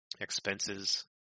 expenses